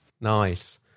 Nice